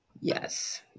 Yes